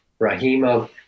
Rahima